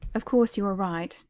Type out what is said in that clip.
of course, you are right,